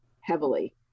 heavily